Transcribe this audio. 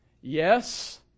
Yes